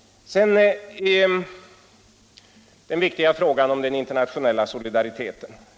Sedan kommer jag till den viktiga frågan om den internationella solidariteten.